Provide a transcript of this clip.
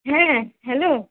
হ্যাঁ হ্যালো